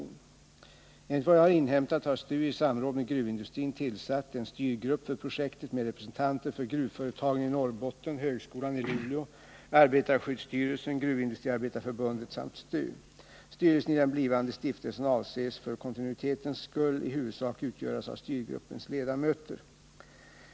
Enligt vad jag har inhämtat har STU i samråd med gruvindustrin tillsatt en styrgrupp för projektet med representanter för gruvföretagen i Norrbotten, högskolan i Luleå, arbetarskyddsstyrelsen, Gruvindustriarbetareförbundet samt STU. Styrelsen i den blivande stiftelsen avses för kontinuitetens skull i huvudsak utgöras av styrgruppens ledamöter.